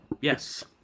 Yes